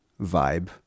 vibe